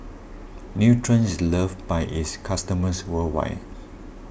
Nutren is loved by its customers worldwide